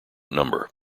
number